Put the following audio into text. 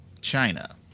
China